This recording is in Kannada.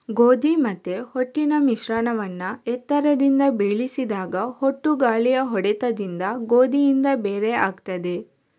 ಗೋಧಿ ಮತ್ತೆ ಹೊಟ್ಟಿನ ಮಿಶ್ರಣವನ್ನ ಎತ್ತರದಿಂದ ಬೀಳಿಸಿದಾಗ ಹೊಟ್ಟು ಗಾಳಿಯ ಹೊಡೆತದಿಂದ ಗೋಧಿಯಿಂದ ಬೇರೆ ಆಗ್ತದೆ